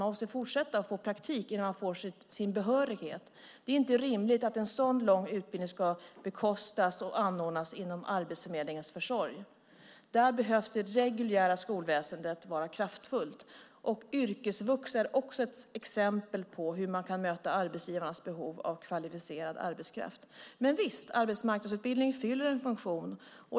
Man måste fortsätta och få praktik innan man får sin behörighet. Det är inte rimligt att en sådan lång utbildning ska bekostas och anordnas genom Arbetsförmedlingens försorg. Där behöver det reguljära skolväsendet vara kraftfullt. Yrkesvux är också ett exempel på hur man kan möta arbetsgivarnas behov av kvalificerad arbetskraft. Visst, arbetsmarknadsutbildningen fyller en funktion.